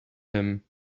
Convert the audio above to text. him